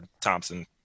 Thompson